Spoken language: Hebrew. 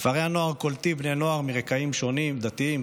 כפרי הנוער קולטים בני נוער מרקעים שונים: דתיים,